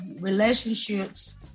relationships